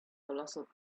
colossal